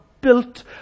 built